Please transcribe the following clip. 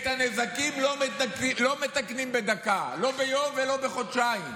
את הנזקים לא מתקנים בדקה, לא ביום ולא בחודשיים.